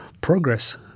Progress